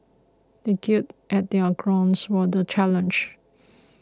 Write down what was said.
they gird at their loins for the challenge